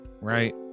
right